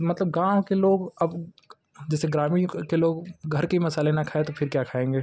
मतलब गाँव के लोग अब जैसे ग्रामीण के लोग घर के ही मसाले न खाए तो फिर क्या खाएंगे